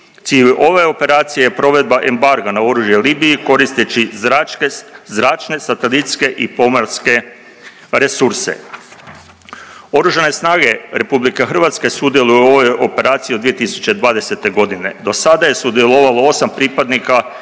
Cilj ove operacije je provedba embarga na oružje Libiji koristeći zračne, satelitske i pomorske resurse. Oružane snage RH sudjeluju u ovoj operaciji od 2020.g., do sada je sudjelovalo osam pripadnika